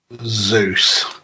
Zeus